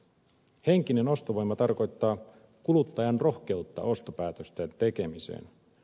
henkinen ostovoima tarkoittaa kuluttajan rohkeutta ostopäätösten tekemiseen